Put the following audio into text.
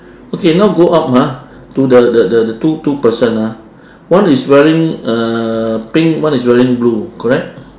okay now go up ha to the the the two two person ah one is wearing uh pink one is wearing blue correct